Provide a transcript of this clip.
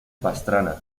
pastrana